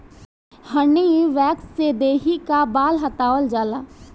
हनी wax से देहि कअ बाल हटावल जाला